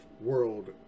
world